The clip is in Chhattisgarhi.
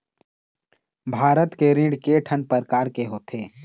भारत के ऋण के ठन प्रकार होथे?